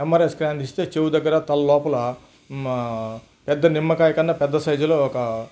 MRI scan తీస్తే చెవి దగ్గర తల లోపల పెద్ద నిమ్మకాయ కన్నా పెద్ద సైజులో ఒక